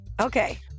Okay